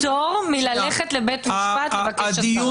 אנחנו רוצים פטור ללכת לבית משפט לבקש הסרה.